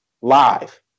live